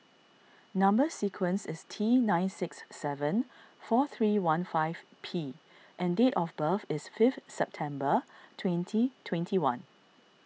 Number Sequence is T nine six seven four three one five P and date of birth is fifth September twenty twenty one